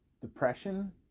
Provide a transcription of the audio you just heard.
Depression